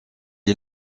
est